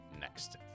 next